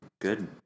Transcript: good